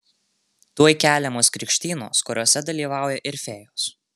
tuoj keliamos krikštynos kuriose dalyvauja ir fėjos